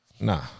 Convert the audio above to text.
nah